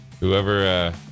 Whoever